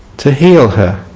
to heal her